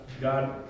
God